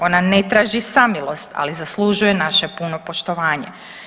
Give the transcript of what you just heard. Ona ne traži samilost ali zaslužuje naše puno poštovanje.